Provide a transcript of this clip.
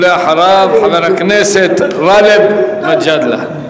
ואחריו, חבר הכנסת גאלב מג'אדלה.